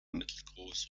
mittelgroß